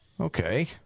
Okay